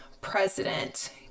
president